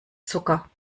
zucker